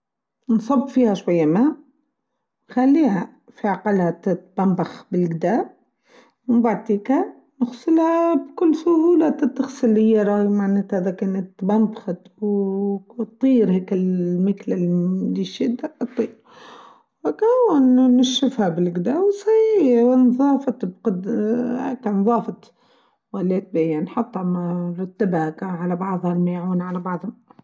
نصب فيها شويه ماء و خليها في عقلها تنطبخ بالقدار و بعد هيكا نغسلها بكل سهوبه تتغسل لي راي معناتا إذا كانت بنخت و تطير هيكا الميكله الدشيته تطيرهاكو نشفها بالجداو و تصير نظافه القدر ااا هاكه نظافه و الليتبين نحطهااااا نرتبها هاكا على بعظه نعون على بعظها.